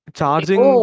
charging